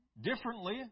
differently